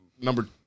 number